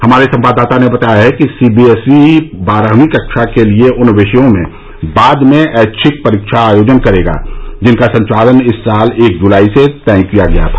हमारे संवाददाता ने बताया है कि सीबीएसई बारहवीं कक्षा के लिए उन विषयों में बाद में ऐच्छिक परीक्षा आयोजित करेगा जिनका संचालन इस साल एक जुलाई से तय किया गया था